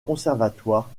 conservatoire